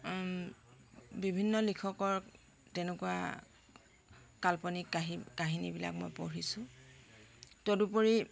বিভিন্ন লিখকৰ তেনেকুৱা কাল্পনিক কাহিনীবিলাক মই পঢ়িছোঁ তদুপৰি